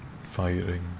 firing